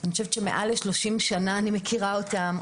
אני חושבת שמעל ל-30 שנה אני מכירה אותם,